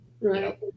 right